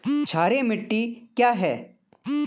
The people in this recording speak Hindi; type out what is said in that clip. क्षारीय मिट्टी क्या है?